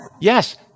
Yes